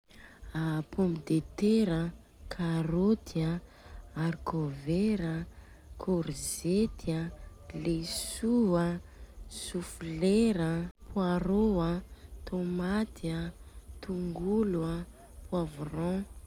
A pomme de terre an, karôty an, arkôvera, kôrzety, leso an, sofolera an, pôarô an, tomaty, tongolo an, pôavrogna.